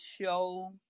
show